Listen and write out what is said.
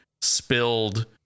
spilled